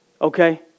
Okay